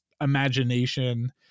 imagination